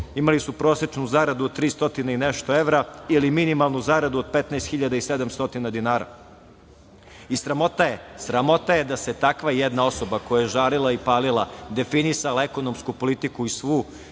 imali su prosečnu zaradu od 300 i nešto evra, ili minimalnu zaradu od 15.700 dinara. Sramota je da takva jedna osoba koja je žarila i palila definisala ekonomsku politiku države